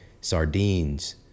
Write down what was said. sardines